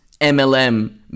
MLM